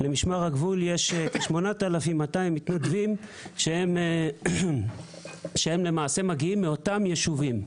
למשמר הגבול יש כ-8,200 מתנדבים שהם למעשה מגיעים מאותם ישובים.